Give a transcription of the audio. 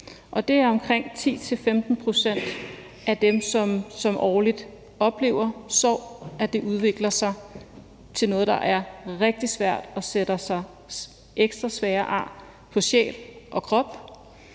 det er omkring 10-15 pct. af dem, som årligt oplever sorg, hvor det udvikler sig til noget, der er rigtig svært, og som sætter sig ekstra svære ar på sjæl og krop,